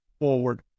forward